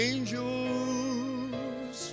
Angels